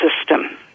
system